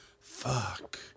Fuck